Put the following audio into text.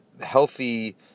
healthy